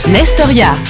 Nestoria